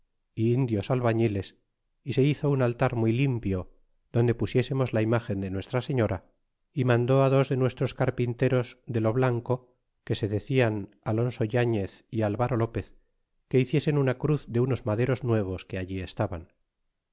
é indios albañiles y se hizo un altar muy limpio donde pusiésemos la imgen de nuestra señora y mandó dos de nuestros carpinteros de lo blanco que se decian alonso yaiíez y alvaro lopez que hicieseh una cruz de unos maderos nuevos que allí estaban